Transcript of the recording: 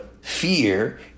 fear